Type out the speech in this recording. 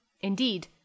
Indeed